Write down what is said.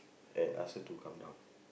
and ask her to come down